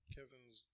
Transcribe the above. Kevin's